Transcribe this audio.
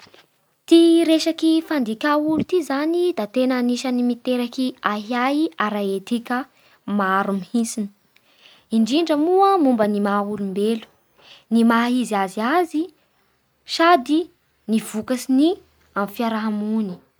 Ty resaky fandika olo ty zany dia tegna anisagny miteraky ahiahy ara-etika maro mihintsiny, indrindra moa momba ny maha olombelo, ny maha izy azy azy sady ny vokatriny eo amin'ny fiaraha-monina.